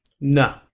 No